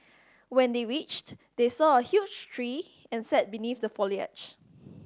when they reached they saw a huge tree and sat beneath the foliage